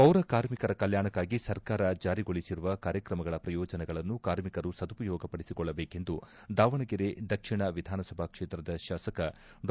ಪೌರ ಕಾರ್ಮಿಕರ ಕಲ್ಗಾಣಕ್ಕಾಗಿ ಸರ್ಕಾರ ಜಾರಿಗೊಳಿಸಿರುವ ಕಾರ್ಯ ಕ್ರಮಗಳ ಪ್ರಯೋಜನಗಳನ್ನು ಕಾರ್ಮಿಕರು ಸದುಪಯೋಗಪಡಿಸಿಕೊಳ್ಳಬೇಕೆಂದು ದಾವಣಗೆರೆ ದಕ್ಷಿಣ ವಿಧಾನಸಭಾ ಕ್ಷೇತ್ರದ ಶಾಸಕ ಡಾ